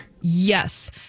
Yes